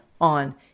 on